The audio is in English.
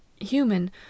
human